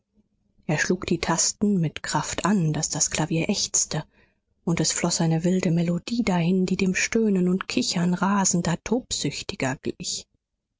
er schlug die tasten mit kraft an daß das klavier ächzte und es floß eine wilde melodie dahin die dem stöhnen und kichern rasender tobsüchtiger glich